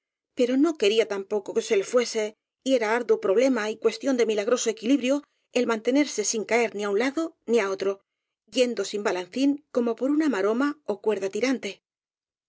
pero no quería tampoco que se le fuese y era árduo pro blema y cuestión de milagroso equilibrio el man tenerse sin caer ni á un lado ni á otro yendo sin balancín como por una maroma ó cuerda tirante